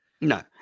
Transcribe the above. No